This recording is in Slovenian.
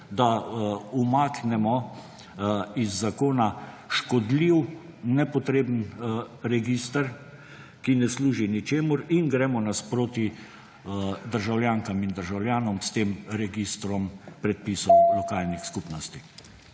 da umaknemo iz zakona škodljiv, nepotreben register, ki ne služi ničemur, in gremo naproti državljankam in državljanom z registrom predpisov lokalnih skupnosti.